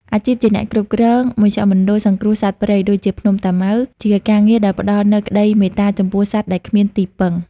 អាជីពជាអ្នកគ្រប់គ្រងមជ្ឈមណ្ឌលសង្គ្រោះសត្វព្រៃ ដូចជាភ្នំតាម៉ៅ ជាការងារដែលផ្ដល់នូវក្តីមេត្តាចំពោះសត្វដែលគ្មានទីពឹង។